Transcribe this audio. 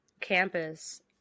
campus